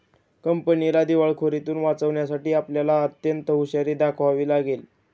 कंपनीला दिवाळखोरीतुन वाचवण्यासाठी आपल्याला अत्यंत हुशारी दाखवावी लागेल